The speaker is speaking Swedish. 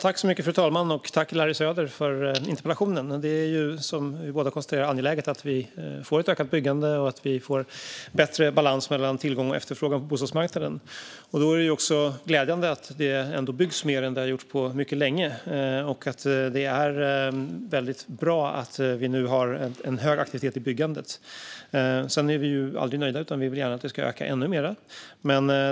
Fru talman! Tack, Larry Söder, för interpellationen! Som vi båda konstaterar är det angeläget att vi får ett ökat byggande och en bättre balans på bostadsmarknaden mellan tillgång och efterfrågan. Därför är det glädjande att det byggs mer än på mycket länge. Det är väldigt bra att vi nu har en hög aktivitet i byggandet. Men vi är förstås aldrig nöjda, utan vi vill gärna att det ska öka ännu mer.